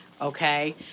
okay